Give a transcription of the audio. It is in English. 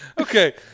Okay